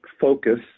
focus